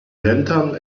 lantern